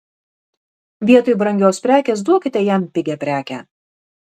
vietoj brangios prekės duokite jam pigią prekę